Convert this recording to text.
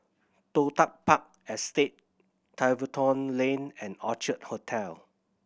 Toh Tuck Park Estate Tiverton Lane and Orchard Hotel